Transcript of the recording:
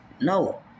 No